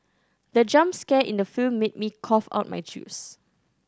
the jump scare in the film made me cough out my juice